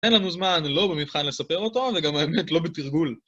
אין לנו זמן לא במבחן לספר אותו, וגם האמת לא בתרגול.